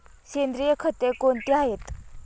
सेंद्रिय खते कोणती आहेत?